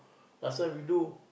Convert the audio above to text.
last time we do